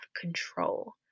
control